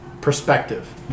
perspective